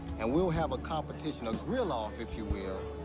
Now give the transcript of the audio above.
and we'll have a competition or grill off, if you will,